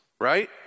right